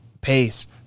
pace